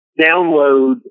download